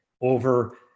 over